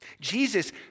Jesus